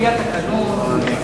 לפי התקנון,